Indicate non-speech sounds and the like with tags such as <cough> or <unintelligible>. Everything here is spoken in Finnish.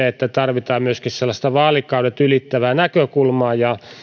<unintelligible> että tarvitaan vaalikaudet ylittävää näkökulmaa ja